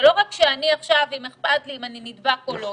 זה לא רק שאני עכשיו לא אכפת לי אם אני נדבק או לא.